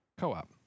Co-op